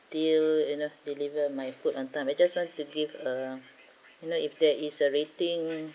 still you know deliver my food on time I just want to give uh you know if there is a rating